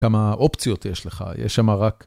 כמה אופציות יש לך, יש שמה רק...